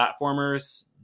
platformers